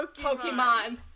Pokemon